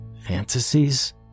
Fantasies